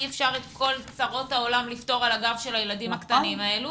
אי אפשר את כל צרות העולם לפתור על הגב של הילדים הקטנים האלה